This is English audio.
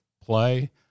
play